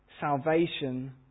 salvation